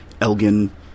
Elgin